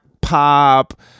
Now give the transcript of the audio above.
pop